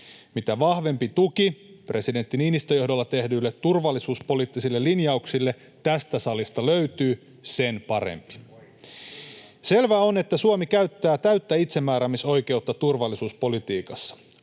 Mitä vahvempi tuki presidentti Niinistön johdolla tehdyille turvallisuuspoliittisille linjauksille tästä salista löytyy, sen parempi. Selvää on, että Suomi käyttää täyttä itsemääräämisoikeutta turvallisuuspolitiikassa.